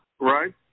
Right